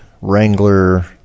Wrangler